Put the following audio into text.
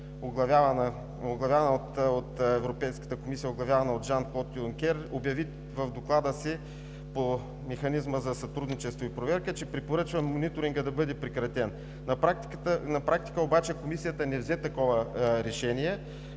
оглавяващ Европейската комисия – Жан-Клод Юнкер, обяви в Доклада си по Механизма за сътрудничество и проверка, че препоръчва Мониторингът да бъде прекратен. На практика обаче Комисията не взе такова решение,